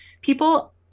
People